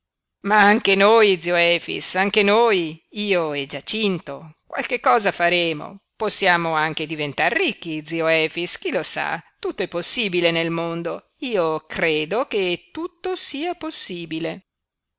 ma anche noi zio efix anche noi io e giacinto qualche cosa faremo possiamo anche diventar ricchi zio efix chi lo sa tutto è possibile nel mondo io credo che tutto sia possibile